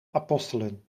apostelen